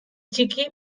txiki